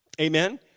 amen